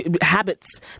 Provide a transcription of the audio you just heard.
habits